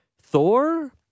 Thor